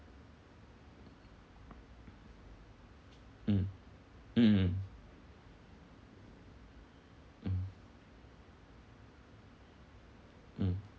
mm mm mm mm mm mm